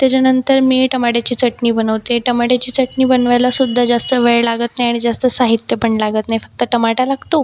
त्याच्यानंतर मी टमाट्याची चटणी बनवते टमाट्याची चटणी बनवायला सुद्धा जास्त वेळ लागत नाही आणि जास्त साहित्य पण लागत नाही फक्त टमाटा लागतो